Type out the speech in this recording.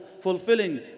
fulfilling